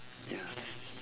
ya